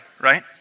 right